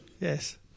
Yes